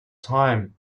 time